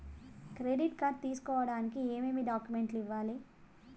credit card తీసుకోడానికి ఏమేమి డాక్యుమెంట్లు ఇవ్వాలి